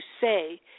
say